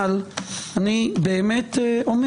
אבל אני באמת אומר